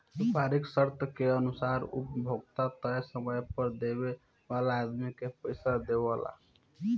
व्यापारीक शर्त के अनुसार उ उपभोक्ता तय समय पर देवे वाला आदमी के पइसा देवेला